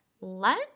let